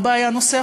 אבא היה נוסע,